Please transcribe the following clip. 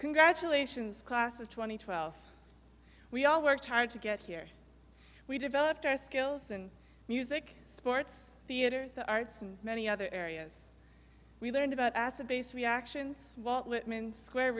congratulations class of two thousand and twelve we all worked hard to get here we developed our skills in music sports theater arts and many other areas we learned about as a base reactions walt whitman square